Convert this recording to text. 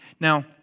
Now